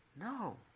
No